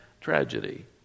tragedy